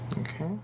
Okay